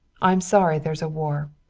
i'm sorry there's a war.